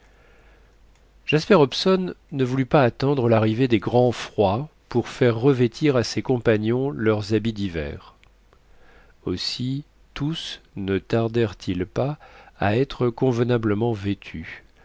jasper hobson ne voulut pas attendre l'arrivée des grands froids pour faire revêtir à ses compagnons leurs habits d'hiver aussi tous ne tardèrent ils pas à être convenablement vêtus